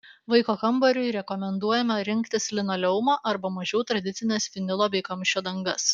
vaiko kambariui rekomenduojama rinktis linoleumą arba mažiau tradicines vinilo bei kamščio dangas